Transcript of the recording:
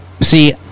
See